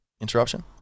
interruption